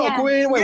queen